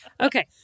Okay